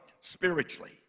spiritually